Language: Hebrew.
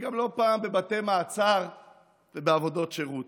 וגם לא פעם בבתי מעצר ובעבודות שירות,